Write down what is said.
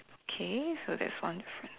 K so that's one difference